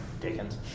Dickens